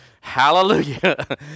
hallelujah